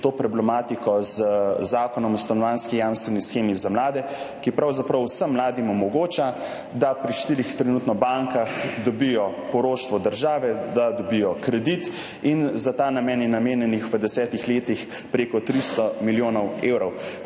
to problematiko z Zakonom o stanovanjski jamstveni shemi za mlade, ki pravzaprav vsem mladim omogoča, da pri trenutno štirih bankah dobijo poroštvo države, da dobijo kredit. Za ta namen je namenjenih v 10 letih prek 300 milijonov evrov,